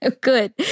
Good